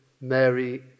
Mary